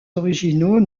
originaux